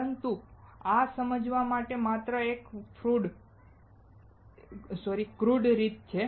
પરંતુ આ સમજવાની માત્ર એક ક્રૂડ રીત છે